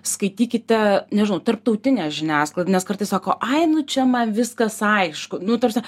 skaitykite nežinau tarptautinę žiniasklaidą nes kartais sako ai nu čia man viskas aišku nu ta prasme